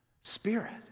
spirit